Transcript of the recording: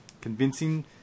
convincing